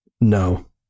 No